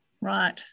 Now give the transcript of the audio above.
Right